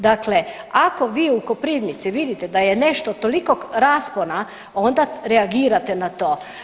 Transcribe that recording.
Dakle, ako vi u Koprivnici vidite da je nešto tolikog raspona onda reagirate na to.